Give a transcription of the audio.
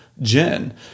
Jen